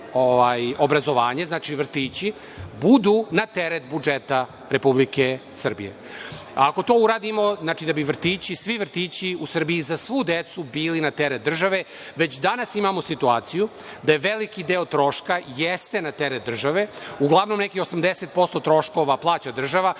obrazovanje, znači vrtići budu na teret budžeta Republike Srbije. Ako to uradimo, znači da bi vrtići, svi vrtići u Srbiji za svu decu bili na teret države, već danas imamo situaciju da je veliki deo troška jeste na teret države, uglavnom neki 80% troškova plaća država,